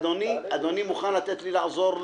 אדוני מוכן לתת לי לעזור לו?